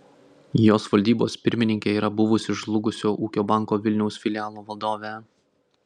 jos valdybos pirmininkė yra buvusi žlugusio ūkio banko vilniaus filialo vadovė